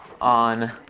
on